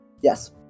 Yes